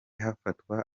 hafatwa